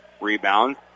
Rebound